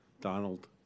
Donald